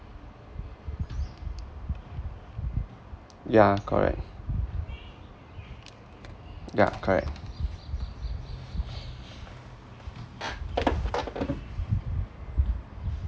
yeah correct ya correct